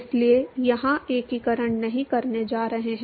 इसलिए यहां एकीकरण नहीं करने जा रहे हैं